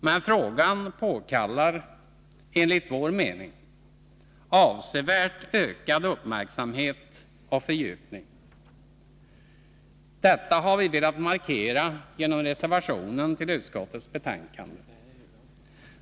Men frågan påkallar, enligt vår mening, avsevärt ökad uppmärksamhet och fördjupning. Detta har vi velat markera genom reservationen till utskottets betänkande.